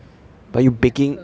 !wah! 一辆车